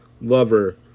lover